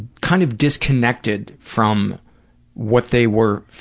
kind of disconnected from what they were